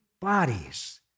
bodies